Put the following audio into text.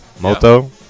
Moto